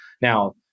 Now